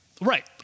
right